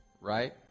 Right